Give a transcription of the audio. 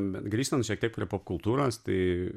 bet grįžtant šiek tiek prie popkultūros tai